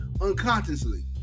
unconsciously